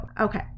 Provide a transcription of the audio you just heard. okay